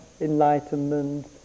enlightenment